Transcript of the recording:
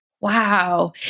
Wow